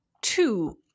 two